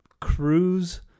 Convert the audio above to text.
cruise